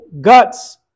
guts